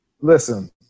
Listen